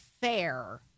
fair